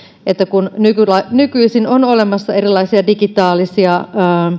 että kun nykyisin nykyisin on olemassa erilaisia digitaalisia